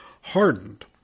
hardened